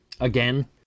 Again